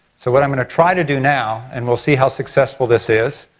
so what i'm going to try to do now and we'll se how successful this is,